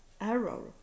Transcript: Error